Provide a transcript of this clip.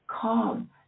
calm